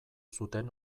zuten